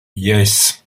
yes